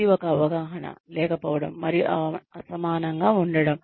ఇది ఒక అవగాహన లేకపోవడం మరియు అసమానంగా ఉండడం